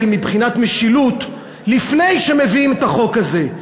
מבחינת משילות לפני שמביאים את החוק הזה.